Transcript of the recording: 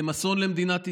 אתם אסון למדינת ישראל.